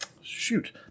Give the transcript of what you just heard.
shoot